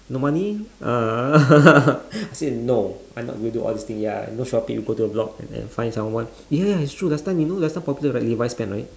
no money uh I said no I not going to do all this thing ya I know shopping go to the block and then find someone one ya it's true you know last time popular right levi's pants right